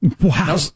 Wow